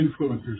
influencers